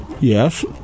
Yes